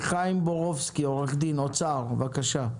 חיים בורובסקי, משרד האוצר, בבקשה.